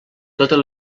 totes